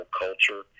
culture